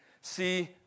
see